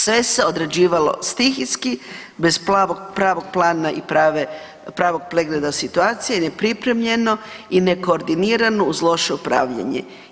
Sve se odrađivali stihijski bez pravog plana i pravog pregleda situacije, nepripremljeno i nekoordinirano uz loše upravljanje.